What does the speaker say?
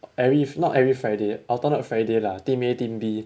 uh every f~ not every friday alternate friday lah team A team B